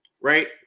right